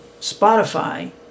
Spotify